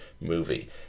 movie